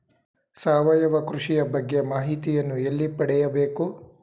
ಸಾವಯವ ಕೃಷಿಯ ಬಗ್ಗೆ ಮಾಹಿತಿಯನ್ನು ಎಲ್ಲಿ ಪಡೆಯಬೇಕು?